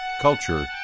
culture